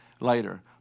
later